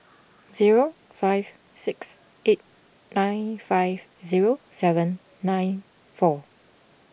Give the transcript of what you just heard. zero five six eight nine five zero seven nine four